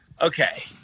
Okay